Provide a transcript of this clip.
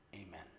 Amen